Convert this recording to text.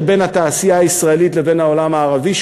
בין התעשייה הישראלית לבין העולם הערבי,